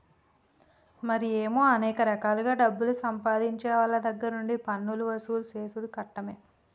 మరి ఏమో అనేక రకాలుగా డబ్బులు సంపాదించేవోళ్ళ దగ్గర నుండి పన్నులు వసూలు సేసుడు కట్టమే